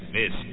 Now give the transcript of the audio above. Miss